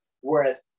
Whereas